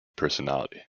personality